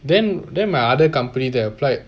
then then my other company that applied